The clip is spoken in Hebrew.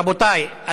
רבותיי,